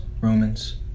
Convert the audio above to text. Romans